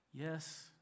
Yes